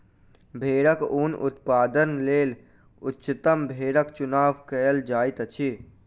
भेड़क ऊन उत्पादनक लेल उच्चतम भेड़क चुनाव कयल जाइत अछि